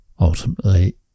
Ultimately